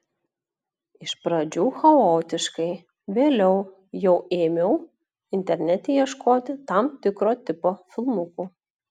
iš pradžių chaotiškai vėliau jau ėmiau internete ieškoti tam tikro tipo filmukų